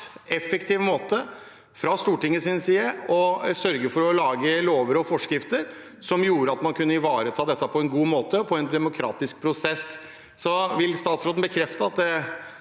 effektiv måte å sørge for å lage lover og forskrifter som gjorde at man kunne ivareta dette på en god måte og med en demokratisk prosess. Vil statsråden bekrefte at det